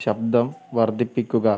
ശബ്ദം വർദ്ധിപ്പിക്കുക